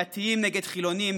דתיים נגד חילונים,